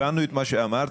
הבנו את מה שאמרת,